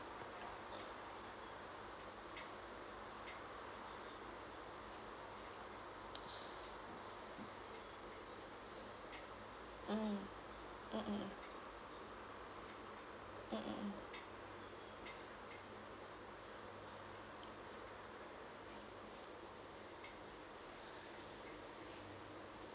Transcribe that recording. mm mmhmm mmhmm mmhmm